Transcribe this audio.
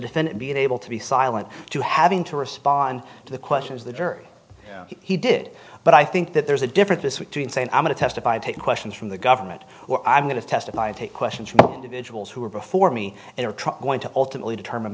defendant being able to be silent to having to respond to the questions the jury he did but i think that there's a different this week saying i'm going to testify take questions from the government or i'm going to testify and take questions from individuals who are before me and a truck going to ultimately determine